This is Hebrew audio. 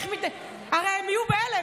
הרי הם יהיו בהלם.